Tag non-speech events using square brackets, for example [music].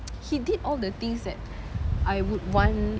[noise] he did all the things that I would want